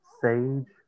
sage